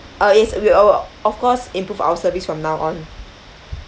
uh yes we will o~ of course improve our service from now on